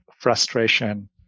frustration